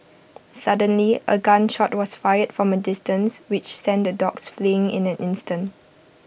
suddenly A gun shot was fired from A distance which sent the dogs fleeing in an instant